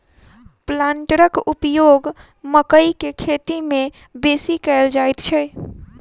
प्लांटरक उपयोग मकइ के खेती मे बेसी कयल जाइत छै